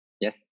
Yes